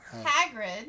Hagrid